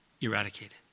eradicated